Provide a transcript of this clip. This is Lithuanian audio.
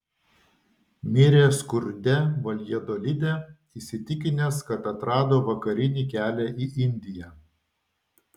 mirė skurde valjadolide įsitikinęs kad atrado vakarinį kelią į indiją